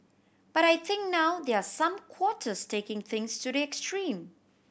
but I think now there are some quarters taking things to the extreme